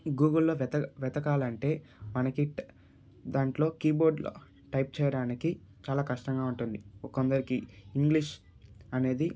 గూగుల్లో వెత వెతకాలంటే మనకి దాంట్లో కీ బోర్డులో టైప్ చేయడానికి చాలా కష్టంగా ఉంటుంది కొందరికి ఇంగ్లీష్ అనేది